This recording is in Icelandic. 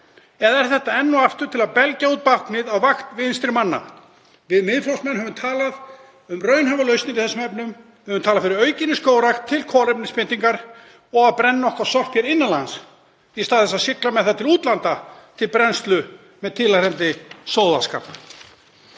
Eða er þetta enn og aftur til að belgja út báknið á vakt vinstri manna? Við Miðflokksmenn höfum talað um raunhæfar lausnir í þessum efnum. Við höfum talað fyrir aukinni skógrækt til kolefnisbindingar og að brenna sorp okkar innan lands í stað þess að sigla með það til útlanda til brennslu með tilheyrandi sóðaskap.